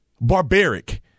barbaric